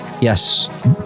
Yes